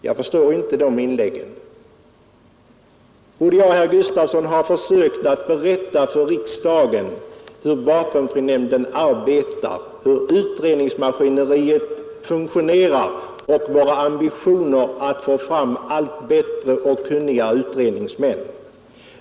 Både jag och herr Gustavsson i Nässjö har försökt att berätta för riksdagens ledamöter hur vapenfrinämnden arbetar och hur utredningsmaskineriet fungerar samt om våra ambitioner att få fram allt bättre och kunnigare utredningsmän.